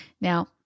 Now